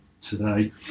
today